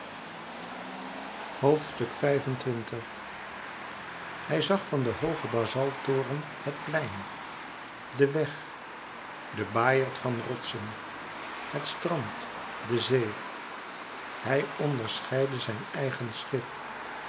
boven xxv hij zag van den hoogen bazalttoren het plein den weg de baaierd van rotsen het strand de zee hij onderscheidde zijn eigen schip